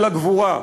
של הגבורה.